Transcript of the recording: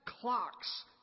clocks